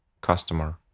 customer